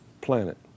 planet